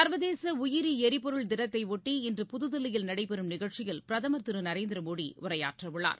சர்வதேசஉயிரிஎரிபொருள் தினத்தையொட்டி இன்று புதுதில்லியில் நடைபெறும் நிகழ்ச்சியில் பிரதமர் திருநரேந்திரமோடிஉரையாற்றஉள்ளார்